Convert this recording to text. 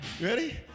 Ready